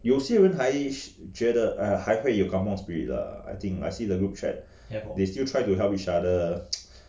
有些人还 觉得 !aiya! 还会有 kampung spirit lah I think I see the group chat they still try to help each other